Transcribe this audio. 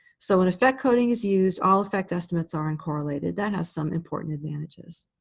so when effect coding is used, all effect estimates are uncorrelated. that has some important advantages.